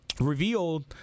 revealed